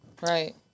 Right